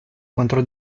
contro